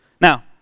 Now